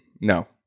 no